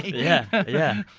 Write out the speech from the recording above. yeah. yeah.